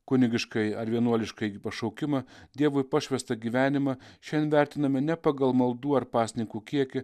kunigiškąjį ar vienuoliškąjį pašaukimą dievui pašvęstą gyvenimą šiandien vertiname ne pagal maldų ar pasninkų kiekį